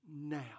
now